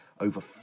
over